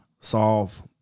solve